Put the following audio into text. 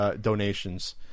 donations